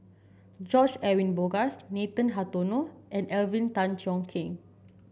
George Edwin Bogaars Nathan Hartono and Alvin Tan Cheong Kheng